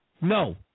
No